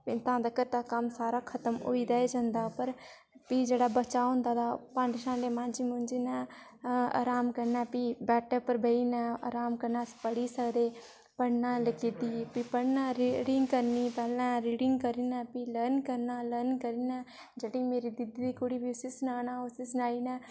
तां तक्कर तां कम्म सारा खत्म होई जंदा ऐ पर प्ही जेह्ड़ा बचे दा होंदा भला भांडे शांडे मांजी मूंजियै अराम कन्नै प्ही बैड्ड पर बेही जन्ने अराम कन्नै अस पढ़ी सकदे पढ़ना ऐ लेकिन दी पढ़ना ऐ रीडिंग करनी प्ही लर्न करना ऐ लर्न करना ऐ जेह्ड़ी मेरी दीदी दी कुड़ी उसी सुलाना उसी सुलाई में